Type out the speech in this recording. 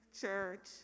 church